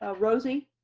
ah rosy?